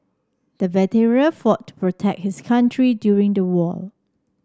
the veteran fought to protect his country during the war